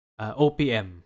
OPM